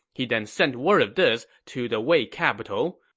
he then sent word of this to the wei capital.